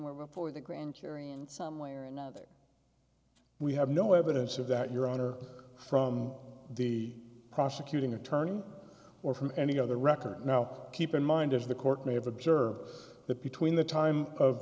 were before the grand jury in some way or another we have no evidence of that your honor from the prosecuting attorney or from any other record now keep in mind is the court may have observed that between the time of